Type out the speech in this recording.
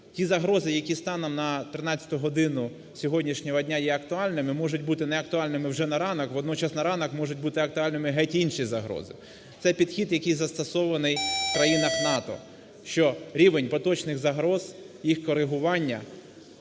Ті загрози, які станом на 13 годину сьогоднішнього дня є актуальними, можуть бути не актуальними вже на ранок, водночас на ранок можуть бути актуальними геть інші загрози. Це підхід, який застосований в країнах НАТО. Що рівень поточних загроз, їх корегування